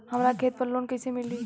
हमरा खेत पर लोन कैसे मिली?